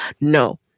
No